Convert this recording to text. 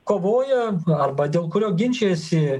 kovoja arba dėl kurio ginčijasi